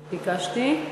ביקשתי.